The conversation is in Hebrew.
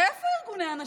ואיפה ארגוני הנשים?